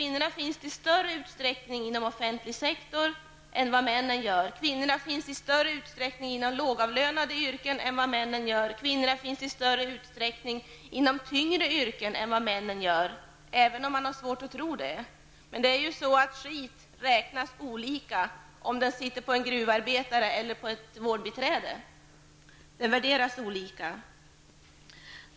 Kvinnorna finns i större utsträckning inom offentlig sektor än männen, kvinnorna finns i större utsträckning inom lågavlönade yrken än männen, och kvinnorna finns i större utsträckning inom tyngre yrken än männen, även om man har svårt att tro det. Men det är ju så att skit värderas olika om den sitter på en gruvarbetares händer eller på ett vårdbiträdes händer.